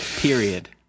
Period